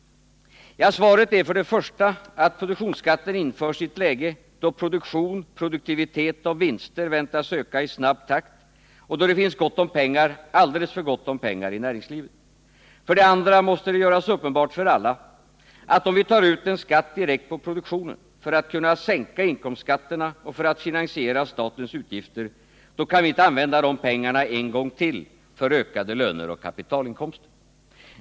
Svaren är: För det första införs produktionsskatten i ett läge, då produktion, produktivitet och vinster väntas öka i snabb takt och då det finns gott om pengar, alldeles för gott om pengar, i näringslivet. För det andra måste det göras uppenbart för alla att om vi tar ut en skatt direkt på produktionen, för att kunna sänka inkomstskatterna och för att finansiera statens utgifter, då kan vi inte använda de pengarna en gång till för ökade löner och kapitalinkomster.